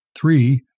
Three